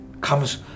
comes